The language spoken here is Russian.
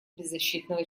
беззащитного